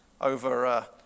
over